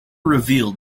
revealed